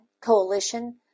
coalition